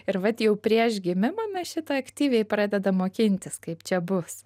ir vat jau prieš gimimą mes šitą aktyviai pradedam mokintis kaip čia bus